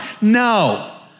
No